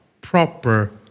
proper